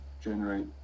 generate